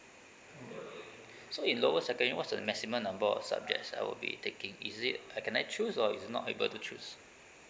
mm so in lower secondary what's the maximum number of subjects I will be taking is it uh can I choose or is not able to choose